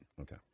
Okay